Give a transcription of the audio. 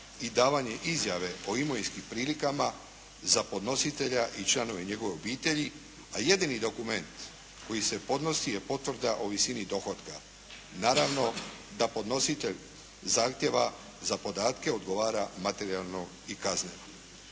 i davanjem izjave o imovinskim prilikama za podnositelja i članove njegove obitelji, a jedini dokument koji se podnosi je potvrda o visini dohotka. Naravno da podnositelj zahtjeva za podatke odgovara materijalno i kazneno.